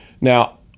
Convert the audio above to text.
Now